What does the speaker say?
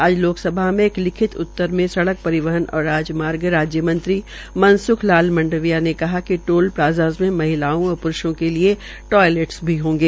आज लोकसभा में एक लिखित उत्तर में सड़क परिवहन और राजमार्ग राज्य मंत्री मनस्ख लाल मंडविया ने कहा कि टोल प्लाजा में महिलाओ व प्रूषों के लिए टोयलेंटस भी होंगे